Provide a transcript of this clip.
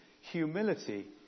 humility